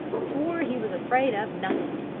swore he was afraid of nothing,